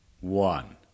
One